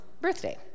birthday